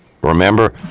Remember